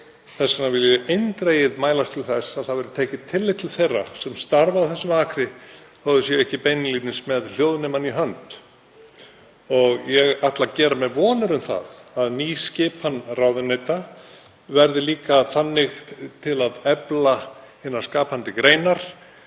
Þess vegna vil ég eindregið mælast til þess að það verði tekið tillit til þeirra sem starfa á þessum akri þó að þau séu ekki beinlínis með hljóðnemann í hönd. Ég ætla að gera mér vonir um að nýskipan ráðuneyta verði líka til að efla hinar skapandi greinar.